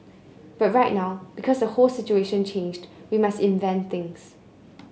but right now because the whole situation changed we must invent things